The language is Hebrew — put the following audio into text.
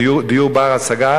דיור בר-השגה,